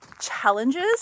challenges